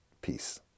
peace